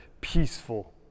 peaceful